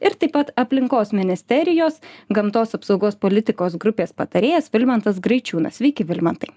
ir taip pat aplinkos ministerijos gamtos apsaugos politikos grupės patarėjas vilmantas greičiūnas sveiki vilmantai